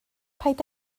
paid